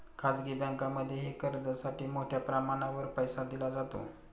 खाजगी बँकांमध्येही कर्जासाठी मोठ्या प्रमाणावर पैसा दिला जातो